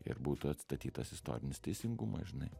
ir būtų atstatytas istorinis teisingumas žinai